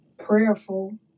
Prayerful